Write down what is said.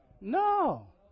No